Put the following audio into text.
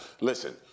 Listen